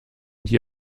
die